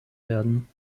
werden